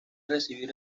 recibir